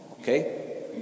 Okay